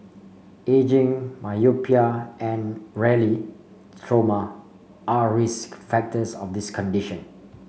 ageing myopia and rarely trauma are risk factors of this condition